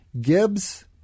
Gibbs